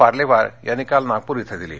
पार्लेवार यांनी काल नागपूर इथं दिली